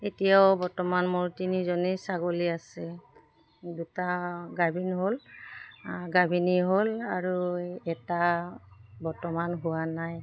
এতিয়াও বৰ্তমান মোৰ তিনিজনী ছাগলী আছে দুটা গাভিন হ'ল গাভিনী হ'ল আৰু এটা বৰ্তমান হোৱা নাই